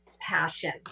passion